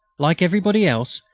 like everybody else,